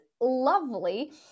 lovely